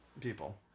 people